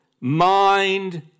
mind